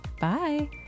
Bye